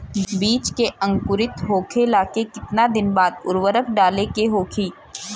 बिज के अंकुरित होखेला के कितना दिन बाद उर्वरक डाले के होखि?